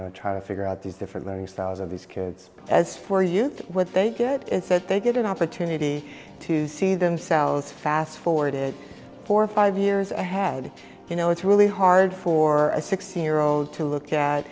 know try to figure out these different learning styles of these kids as for you what they get is that they get an opportunity to see themselves fast forward it for five years i had you know it's really hard for a sixteen year old to look at